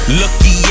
lucky